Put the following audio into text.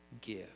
give